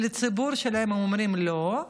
לציבור שלהם הם אומרים: לא,